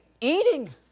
eating